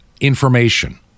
information